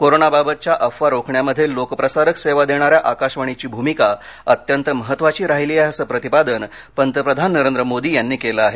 कोरोनाबाबतच्या अफवा रोखण्यामध्ये लोकप्रसारक सेवा देणाऱ्या आकाशवाणीची भूमिका अत्यंत महत्वाची राहिली आहे असं प्रतिपादन पंतप्रधान नरेंद्र मोदी यांनी केलं आहे